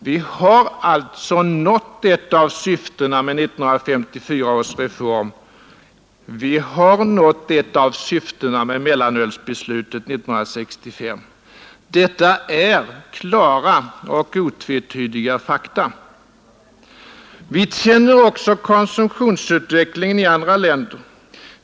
Vi har alltså nått ett av syftena med 1954 års reform. Vi har också nått ett av syftena med mellanölsbeslutet 1965. Detta är klara och otvetydiga fakta. Vi känner också konsumtionsutvecklingen i andra länder.